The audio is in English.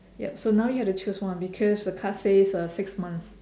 yup so now you have to choose one because the card says uh six months